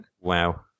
Wow